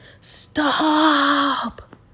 stop